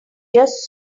just